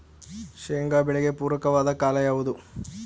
ಶೇಂಗಾ ಬೆಳೆಗೆ ಪೂರಕವಾದ ಕಾಲ ಯಾವುದು?